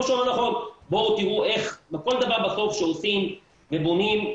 בסוף שעושים ובונים,